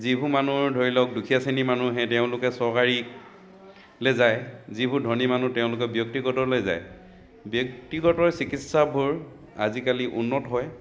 যিবোৰ মানুহৰ ধৰি লওক দুখীয়া শ্ৰেণীৰ মানুহে তেওঁলোকে চৰকাৰীলৈ যায় যিবোৰ ধনী মানুহ তেওঁলোকে ব্যক্তিগতলৈ যায় ব্যক্তিগত চিকিৎসাবোৰ আজিকালি উন্নত হয়